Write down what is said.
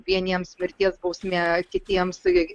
vieniems mirties bausmė kitiems